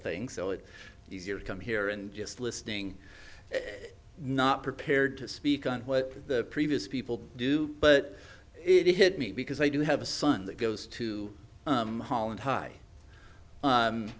thing so it is easier to come here and just listening not prepared to speak on what the previous people do but it hit me because i do have a son that goes to holland high